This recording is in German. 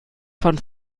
von